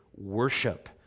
worship